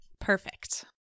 Perfect